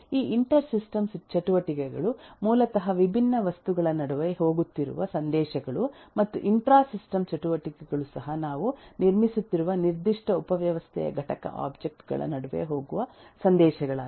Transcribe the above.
ಈ inter system ಚಟುವಟಿಕೆಗಳು ಮೂಲತಃ ವಿಭಿನ್ನ ವಸ್ತುಗಳ ನಡುವೆ ಹೋಗುತ್ತಿರುವ ಸಂದೇಶಗಳು ಮತ್ತು ಇಂಟ್ರಾ ಸಿಸ್ಟಮ್ ಚಟುವಟಿಕೆಗಳು ಸಹ ನಾವು ನಿರ್ಮಿಸುತ್ತಿರುವ ನಿರ್ದಿಷ್ಟ ಉಪವ್ಯವಸ್ಥೆಯ ಘಟಕ ಒಬ್ಜೆಕ್ಟ್ ಗಳ ನಡುವೆ ಹೋಗುವ ಸಂದೇಶಗಳಾಗಿವೆ ಎಂದು ಈಗ ನೀವು ಅರ್ಥಮಾಡಿಕೊಳ್ಳುವಿರಿ